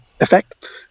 effect